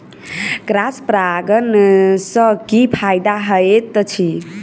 Cross परागण सँ की फायदा हएत अछि?